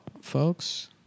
folks